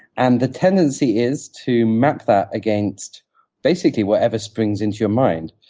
and the tendency is to map that against basically whatever springs into your mind